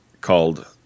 called